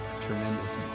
tremendous